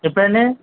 ఎప్పుడండి